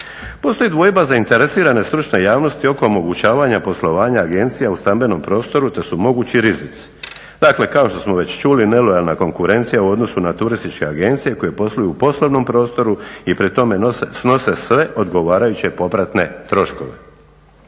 Postoji dvojba zainteresirane stručne javnosti oko omogućavanja poslovanja agencija u stambenom prostoru te su mogući rizici. Dakle, kao što smo već čuli, nelojalna konkurencija u odnosu na turističke agencije koje posluju u poslovnom prostoru i pri tome snose sve odgovarajuće popratne troškove.